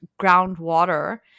groundwater